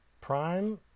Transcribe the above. Prime